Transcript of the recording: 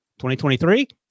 2023